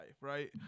right